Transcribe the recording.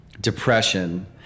depression